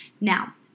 Now